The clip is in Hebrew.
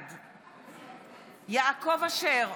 בעד יעקב אשר,